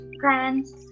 friends